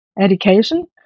education